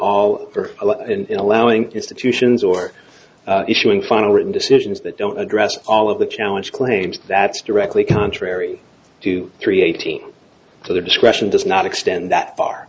all in allowing institutions or issuing final written decisions that don't address all of the challenge claims that's directly contrary to three eighteen to the discretion does not extend that far